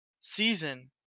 Season